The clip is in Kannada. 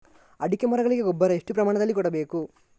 ಅಡಿಕೆ ಮರಗಳಿಗೆ ಗೊಬ್ಬರ ಎಷ್ಟು ಪ್ರಮಾಣದಲ್ಲಿ ಕೊಡಬೇಕು?